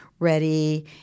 ready